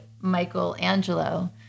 Michelangelo